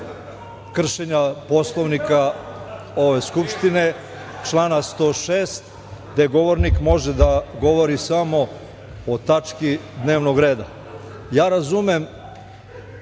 kršenja Poslovnika ove Skupštine, člana 106, gde govornik može da govori samo o tački dnevnog reda. Ja razumem